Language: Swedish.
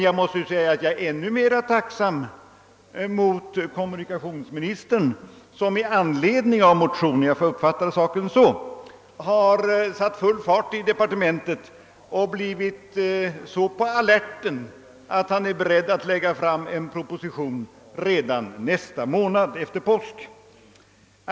Jag är emellertid ännu mera tacksam mot kommunikationsministern som i anledning av motionen — jag uppfattar saken så — satt full fart i departementet och blivit så på alerten att han är beredd att lägga fram en proposition redan efter påsk.